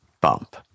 bump